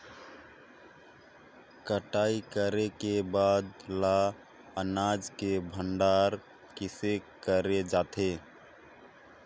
कटाई करे के बाद ल अनाज के भंडारण किसे करे जाथे?